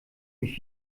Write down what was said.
mich